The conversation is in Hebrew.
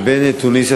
לבין תוניסיה,